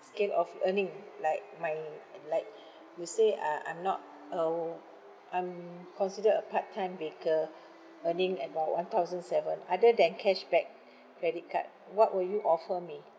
scale of earning like my like you say uh I'm not a wo~ I'm considered a part time baker earning about one thousand seven other than cashback credit card what would you offer me